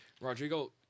Rodrigo